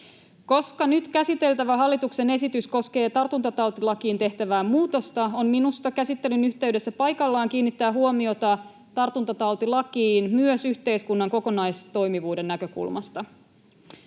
Koska nyt käsiteltävä hallituksen esitys koskee tartuntatautilakiin tehtävää muutosta, on minusta käsittelyn yhteydessä paikallaan kiinnittää huomiota tartuntatautilakiin myös yhteiskunnan kokonaistoimivuuden näkökulmasta.